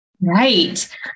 Right